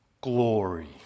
glory